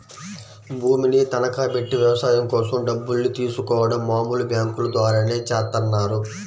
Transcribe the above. భూమిని తనఖాబెట్టి వ్యవసాయం కోసం డబ్బుల్ని తీసుకోడం మామూలు బ్యేంకుల ద్వారానే చేత్తన్నారు